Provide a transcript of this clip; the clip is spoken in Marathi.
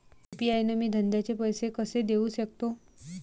यू.पी.आय न मी धंद्याचे पैसे कसे देऊ सकतो?